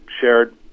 shared